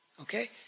Okay